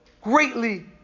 greatly